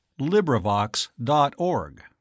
LibriVox.org